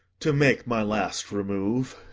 to make my last remove.